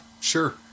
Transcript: sure